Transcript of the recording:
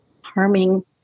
harming